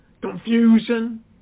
confusion